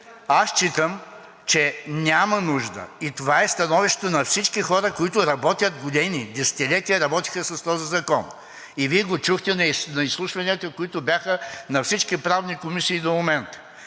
Считам, че няма нужда, и това е становището на всички хора, които работят години, десетилетия работиха с този закон. Вие го чухте на изслушванията, които бяха на всички правни комисии до момента.